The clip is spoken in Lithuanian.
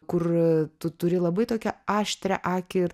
kur tu turi labai tokią aštrią akį ir